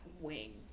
wing